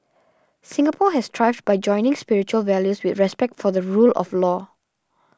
Singapore has thrived by joining spiritual values with respect for the rule of law